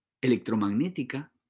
electromagnética